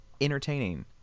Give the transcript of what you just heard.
entertaining